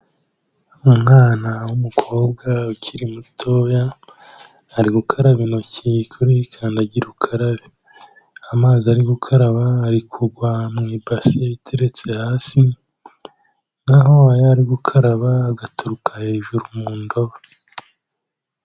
Umwana w'umukobwa ukiri mutoya, ari gukaraba intoki kuri yikandagira ukarabe. Amazi ari gukaraba ari kugwa mu ibasi iteretse hasi, naho ayo ari gukaraba agaturuka hejuru mu ndobo.